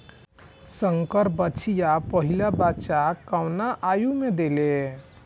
संकर बछिया पहिला बच्चा कवने आयु में देले?